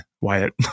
Wyatt